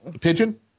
Pigeon